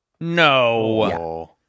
No